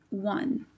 One